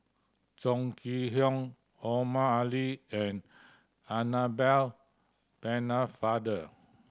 Chong Kee Hiong Omar Ali and Annabel Pennefather